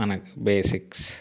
మనకి బేసిక్స్